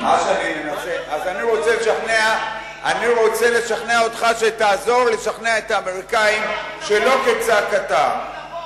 אז אני רוצה לשכנע אותך שתעזור לי לשכנע את האמריקנים שלא כצעקתה.